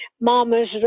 mama's